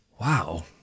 Wow